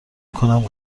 میکنم